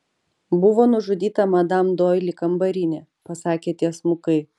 buvo nužudyta madam doili kambarinė pasakė tiesmukai